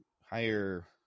Higher